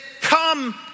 come